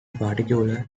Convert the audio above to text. particular